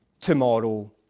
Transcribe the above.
tomorrow